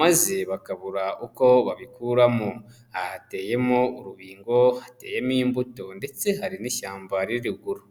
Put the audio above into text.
maze bakabura uko babikuramo. Aha hateyemo urubingo, hateyemo imbuto, ndetse hari n'ishyamba riri ruguru.